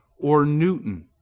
or newton?